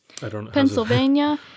Pennsylvania